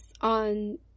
on